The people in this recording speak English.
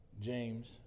James